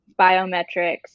biometrics